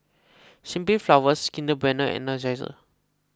Simply Flowers Kinder Bueno and Energizer